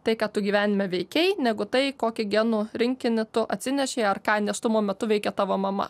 tai ką tu gyvenime veikei negu tai kokį genų rinkinį tu atsinešei ar ką nėštumo metu veikė tavo mama